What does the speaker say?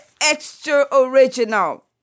extra-original